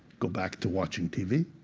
go back to watching tv.